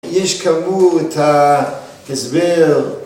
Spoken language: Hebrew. יש כאמור את ההסבר